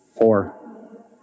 Four